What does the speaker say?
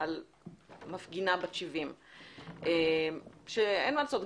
על מפגינה בת 70. אין מה לעשות,